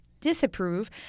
disapprove